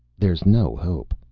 there's no hope.